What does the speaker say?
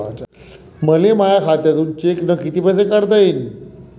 मले माया खात्यातून चेकनं कितीक पैसे काढता येईन?